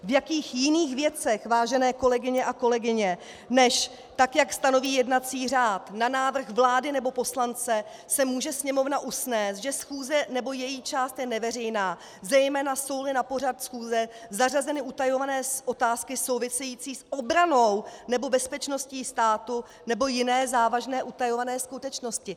V jakých jiných věcech, vážené kolegyně a kolegové, než tak, jak stanoví jednací řád, na návrh vlády nebo poslance se může Sněmovna usnést, že schůze nebo její část je neveřejná, zejména jsouli na pořad schůze zařazeny utajované otázky související s obranou nebo bezpečností státu nebo jiné závažné utajované skutečnosti.